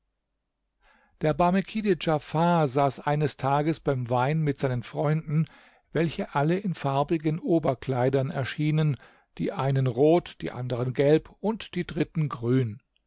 der barmekide djafar saß eines tages beim wein mit seinen freunden welche alle in farbigen oberkleidern erschienen die einen rot die anderen gelb und die dritten grün